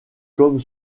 comme